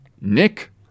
Nick